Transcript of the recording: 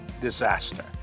disaster